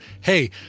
Hey